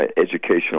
educational